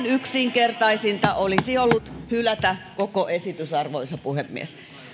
yksinkertaisinta olisi ollut hylätä koko esitys arvoisa puhemies